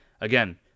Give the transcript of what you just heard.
again